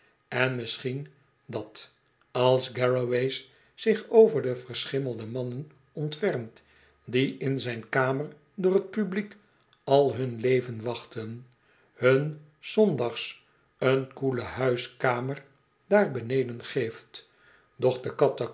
en misschien dat als garraway's zich over de verschimmelde mannen ontfermt die in zijn kamer voor t publiek al hun leven wachten hun s zondags een koele huiskamer daar beneden geeft doch